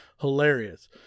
hilarious